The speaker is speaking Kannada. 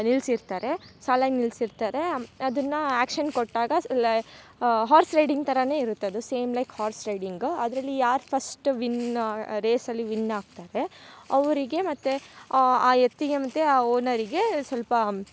ನಿಲ್ಸಿರ್ತಾರೆ ಸಾಲಾಗಿ ನಿಲ್ಸಿರ್ತಾರೆ ಅದನ್ನ ಆ್ಯಕ್ಷನ್ ಕೊಟ್ಟಾಗ ಸ ಲೈ ಹಾರ್ಸ್ ರೈಡಿಂಗ್ ಥರಾನೆ ಇರತ್ತದು ಸೇಮ್ ಲೈಕ್ ಹಾರ್ಸ್ ರೈಡಿಂಗ್ ಅದರಲ್ಲಿ ಯಾರು ಫಸ್ಟ್ ವಿನ್ ರೇಸಲ್ಲಿ ವಿನ್ ಆಗ್ತಾರೆ ಅವರಿಗೆ ಮತ್ತು ಆ ಎತ್ತಿಗೆ ಮತ್ತು ಆ ಓನರಿಗೆ ಸ್ವಲ್ಪ